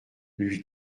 lui